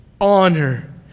honor